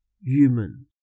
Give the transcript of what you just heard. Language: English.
human